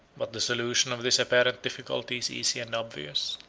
but the solution of this apparent difficulty is easy and obvious.